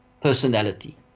personality